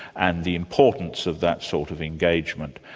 and the importance of that sort of engagement.